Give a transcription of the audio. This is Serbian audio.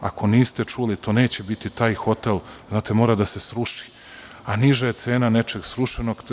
Ako niste čuli, to neće biti taj hotel, mora da se sruši, a niža je cena nečeg srušenog.